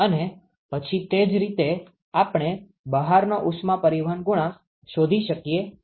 અને પછી તે જ રીતે આપણે બહારનો ઉષ્મા પરિવહન ગુણાંક શોધી શકીએ છીએ